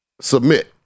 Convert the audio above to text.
submit